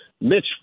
Mitch